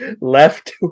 left